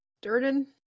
Durden